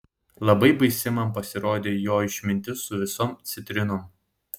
labai baisi man pasirodė jo išmintis su visom citrinom